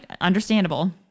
Understandable